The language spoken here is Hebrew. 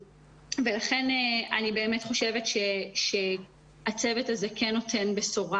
לכן אני באמת חושבת שהצוות הזה כן נותן בשורה